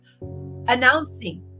announcing